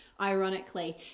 ironically